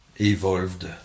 evolved